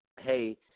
hey